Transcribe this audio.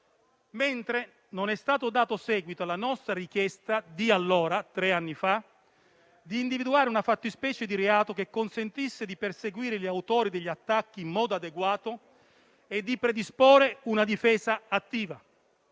Non è stato dato seguito, invece, alla nostra richiesta di allora volta a individuare una fattispecie di reato che consentisse di perseguire gli autori degli attacchi in modo adeguato e di predisporre una difesa attiva;